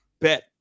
bet